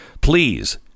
Please